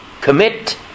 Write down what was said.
Commit